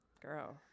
Girl